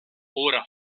ora